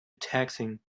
taxing